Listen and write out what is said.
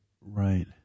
right